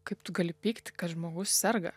kaip tu gali pykti kad žmogus serga